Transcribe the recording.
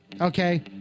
okay